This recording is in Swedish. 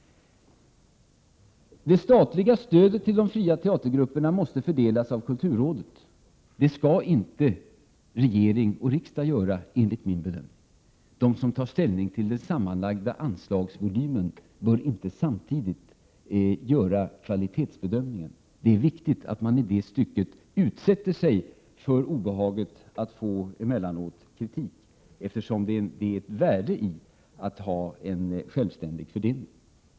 Det statliga stödet till de fria teatergrupperna måste fördelas av kulturrådet. Det skall inte regering och riksdag göra, enligt min bedömning. De som tar ställning till den sammanlagda anslagsvolymen bör inte samtidigt göra kvalitetsbedömningen. Det är viktigt att man då utsätter sig för obehaget att emellanåt få kritik, eftersom det är ett värde i att en självständig fördelning görs.